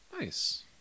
Nice